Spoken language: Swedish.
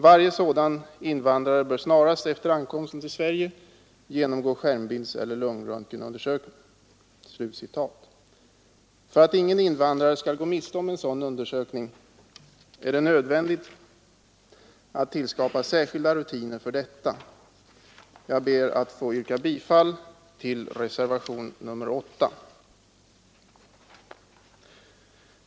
Varje sådan invandrare bör snarast efter ankomsten till Sverige genomgå skärmbildseller lungröntgenundersökning.” För att ingen invandrare skall gå miste om en sådan undersökning är det nödvändigt att tillskapa särskilda rutiner för detta. Jag ber att få yrka bifall till reservationen 8.